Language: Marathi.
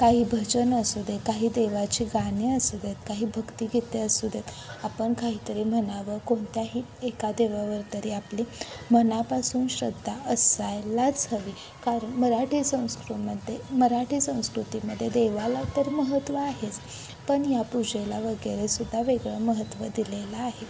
काही भजन असू दे काही देवाची गाणे असू देत काही भक्तिगीते असू देत आपण काहीतरी म्हणावं कोणत्याही एका देवावर तरी आपली मनापासून श्रद्धा असायलाच हवी कारण मराठी संस्कृतीमध्ये मराठी संस्कृतीमध्ये देवाला तर महत्त्व आहेच पण या पूजेला वगैरेसुद्धा वेगळं महत्त्व दिलेलं आहे